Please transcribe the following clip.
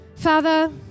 Father